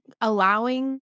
allowing